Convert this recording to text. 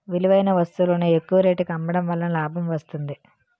విలువైన వస్తువులను ఎక్కువ రేటుకి అమ్మడం వలన లాభం వస్తుంది